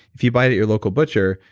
if you buy it at your local butcher,